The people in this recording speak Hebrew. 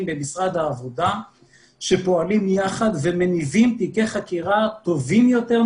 במשרד העבודה שפועלים יחד ומניבים תיקי חקירה טובים יותר,